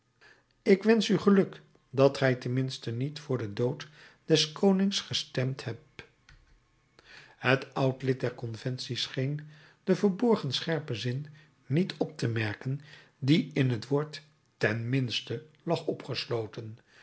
ik wensch u geluk dat gij tenminste niet voor den dood des konings gestemd heb het oud lid der conventie scheen den verborgen scherpen zin niet op te merken die in het woord ten minste lag opgesloten